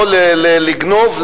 לא לגנוב,